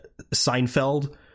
Seinfeld